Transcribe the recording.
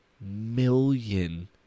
million